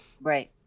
Right